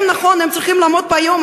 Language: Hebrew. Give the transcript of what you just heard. הם, נכון, צריכים לעמוד פה היום.